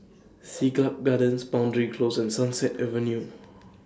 Siglap Gardens Boundary Close and Sunset Avenue